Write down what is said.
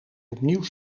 opnieuw